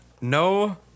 No